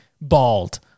Bald